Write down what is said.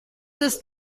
ist